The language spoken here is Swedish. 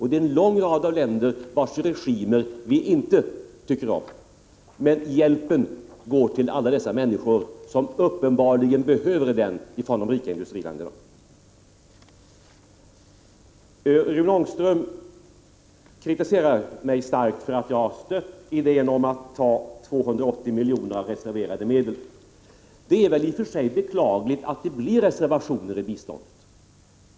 Det är en lång rad av länder vilkas regimer vi inte tycker om. Men hjälpen från de rika industriländerna går till alla dessa människor som uppenbarligen behöver den. Rune Ångström kritiserade mig starkt för att jag stött idén om att ta 280 miljoner av reserverade medel. Det är i och för sig beklagligt att det blir reservationer i biståndet.